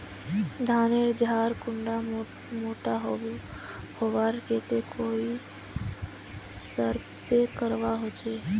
धानेर झार कुंडा मोटा होबार केते कोई स्प्रे करवा होचए?